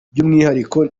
by’umwihariko